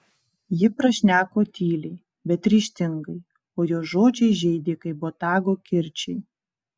ji prašneko tyliai bet ryžtingai o jos žodžiai žeidė kaip botago kirčiai